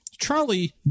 Charlie